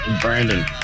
Brandon